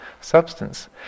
substance